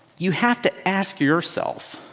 you have to ask yourself